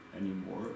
anymore